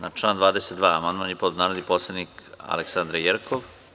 Na član 22. amandman je podnela narodni poslanik Aleksandra Jerkov.